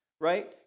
Right